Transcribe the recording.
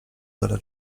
tyle